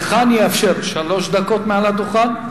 לך אני אאפשר שלוש דקות מעל הדוכן,